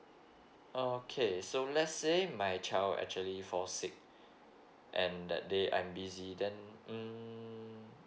okay so let's say my child actually fall sick and that day I'm busy then mm